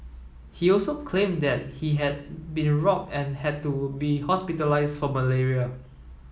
he also claimed that he had been robbed and had to be hospitalised for malaria